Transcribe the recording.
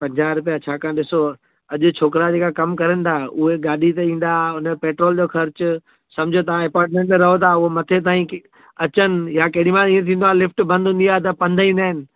पंजाहु रुपिया छाकाणि ॾिसो अॼु छोकिरा जेका कमु कनि था उहे गाॾी ते ईंदा हुन जो पेट्रोल जो ख़र्चु सम्झो तव्हां अपाटमेंट में रहो था उहे मथे ताईं की अचनि या केडी महिल ईअं थींदो आहे लिफ्ट बंदि हूंदी आहे त पंधु ईंदा आहिनि